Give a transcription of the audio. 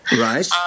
Right